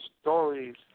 stories